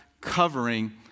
covering